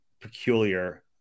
peculiar